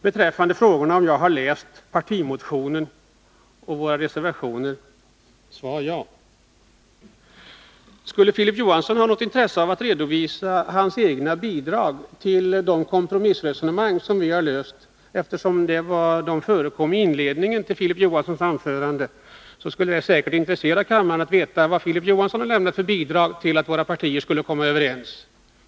På frågorna om jag har läst partimotionen och våra reservationer är svaret ja. Om Filip Johansson skulle vilja redovisa sina egna bidrag till de kompromissresonemang som vi har fört — eftersom de förekom i inledningen till Filip Johanssons anförande — skulle det säkert intressera kammaren att veta vad Filip Johansson har lämnat för bidrag till att våra partier skulle komma överens.